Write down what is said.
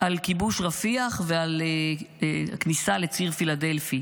על כיבוש רפיח ועל הכניסה לציר פילדלפי,